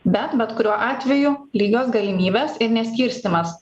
bet bet kuriuo atveju lygios galimybės ir neskirstymas